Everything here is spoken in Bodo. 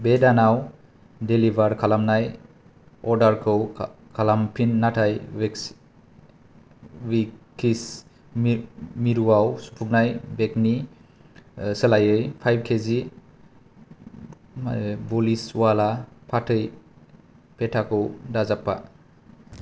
बे दानाव डेलिबार खालामनाय अर्डारखौ खालामफिन नाथाय विंकिस मिरुआव सुफुंनाय केकनि सोलायै फाइब केजि बन्सिवाला फाथै पेथाखौ दाजाबफा